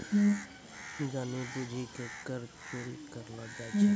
जानि बुझि के कर चोरी करलो जाय छै